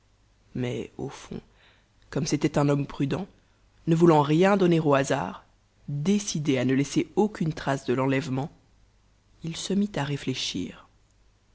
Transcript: mais au fond comme c'était un homme prudent ne voulant rien donner au hasard décidé à ne laisser aucune trace de l'enlèvement il se mit à réfléchir